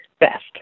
best